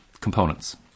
components